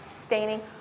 staining